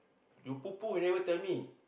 you poo poo you never tell me